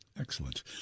Excellent